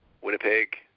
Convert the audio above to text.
Winnipeg